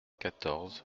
quatorze